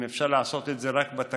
אם אפשר לעשות את זה רק בתקנות,